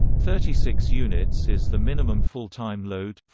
thirty six units is the minimum full-time load,